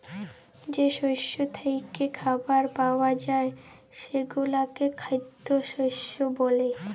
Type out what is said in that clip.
যে শস্য থ্যাইকে খাবার পাউয়া যায় সেগলাকে খাইদ্য শস্য ব্যলে